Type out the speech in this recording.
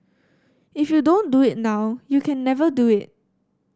if you don't do it now you can never do it